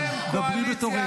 גם אתה היית איתי, אדוני היו"ר.